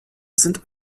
sind